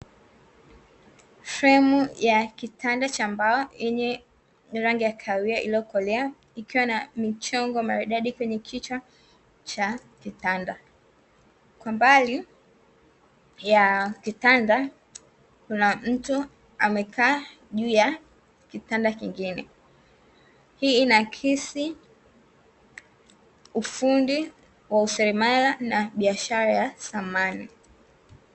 Fremu ya kitanda cha mbao yenye rangi ya kahawia iliyokolea ikiwa na mchongo maridadi kwenye kichwa cha kitanda, kwa mbali ya kitanda kuna mtu amekaa juu ya kitanda kingine hii ina akisi ufundi wa useremala na biashara ya samani.